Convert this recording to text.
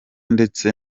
ndetse